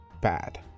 bad